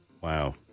Wow